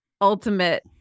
Ultimate